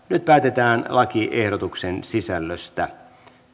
nyt päätetään lakiehdotuksen sisällöstä